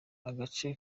agace